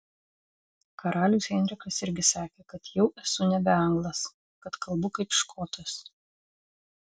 karalius henrikas irgi sakė kad jau esu nebe anglas kad kalbu kaip škotas